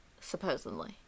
Supposedly